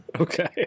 Okay